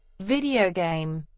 video game